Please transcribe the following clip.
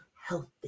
healthy